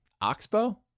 Oxbow